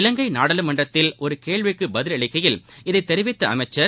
இவங்கை நாடாளுமன்றத்தில் ஒரு கேள்விக்கு பதில் அளிக்கையில் இதை தெரிவித்த அமைச்சர்